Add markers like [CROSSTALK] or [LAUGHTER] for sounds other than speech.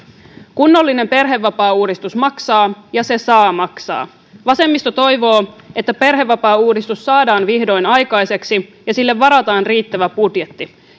kunnollinen perhevapaauudistus maksaa ja se saa maksaa vasemmisto toivoo että perhevapaauudistus saadaan vihdoin aikaiseksi ja sille varataan riittävä budjetti [UNINTELLIGIBLE]